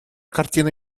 картины